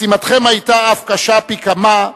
משימתכם היתה אף קשה פי כמה,